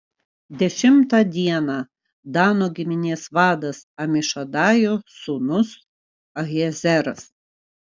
dešimtą dieną dano giminės vadas amišadajo sūnus ahiezeras